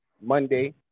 Monday